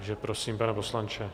Takže prosím, pane poslanče.